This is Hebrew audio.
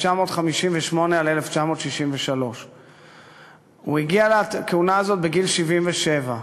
מ-1958עד 1963. הוא הגיע לכהונה הזאת בגיל 77,